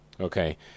okay